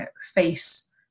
face